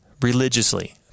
religiously